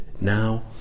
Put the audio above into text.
now